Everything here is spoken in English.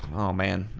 oh man.